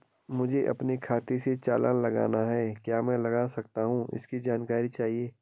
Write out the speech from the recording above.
मुझे अपने खाते से चालान लगाना है क्या मैं लगा सकता हूँ इसकी जानकारी चाहिए?